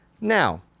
Now